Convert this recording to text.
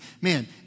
Man